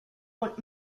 und